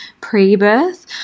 pre-birth